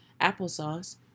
applesauce